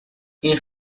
این